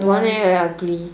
dont want eh very ugly